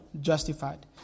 justified